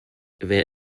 there